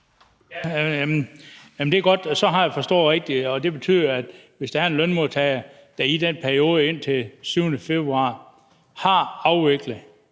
Det er godt – så har jeg forstået det rigtigt. Det betyder, at hvis en lønmodtager i den periode indtil den 7. februar har afviklet